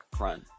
run